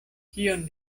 kion